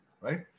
Right